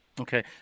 Okay